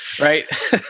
Right